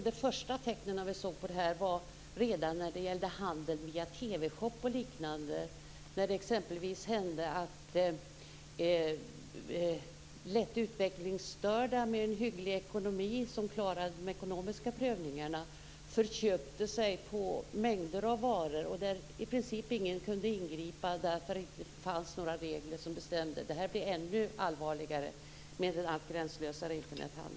De första tecknen såg vi i handeln via TV-shopen, när det exempelvis hände att lätt utvecklingsstörda med en hygglig ekonomi, som klarade de ekonomiska prövningarna, förköpte sig på mängder av varor. Där kunde ingen i princip ingripa, då det inte fanns några regler. Det här blir ännu allvarligare, med alltmer gränslös Internethandel.